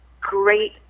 great